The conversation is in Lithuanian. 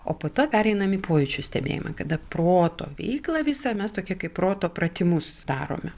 o po to pereinam į pojūčių stebėjimą kada proto veiklą visą mes tokią kaip proto pratimus darome